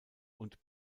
und